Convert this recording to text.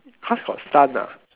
cause got stunt ah